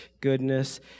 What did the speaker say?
goodness